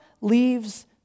leaves